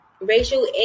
racial